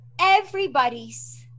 everybody's